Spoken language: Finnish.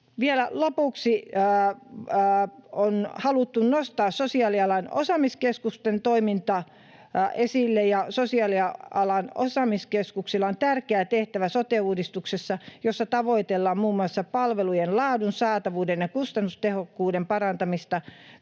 Vielä lopuksi: On haluttu nostaa sosiaalialan osaamiskeskusten toiminta esille. Sosiaalialan osaamiskeskuksilla on tärkeä tehtävä sote-uudistuksessa, jossa tavoitellaan muun muassa palvelujen laadun, saatavuuden ja kustannustehokkuuden parantamista.